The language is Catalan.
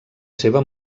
seva